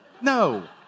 No